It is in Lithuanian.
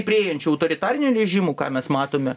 stiprėjančių autoritarinių režimų ką mes matome